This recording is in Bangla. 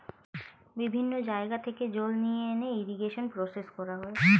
বিভিন্ন জায়গা থেকে জল নিয়ে এনে ইরিগেশন প্রসেস করা হয়